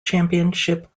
championship